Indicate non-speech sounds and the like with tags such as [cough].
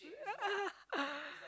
[laughs]